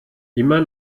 immer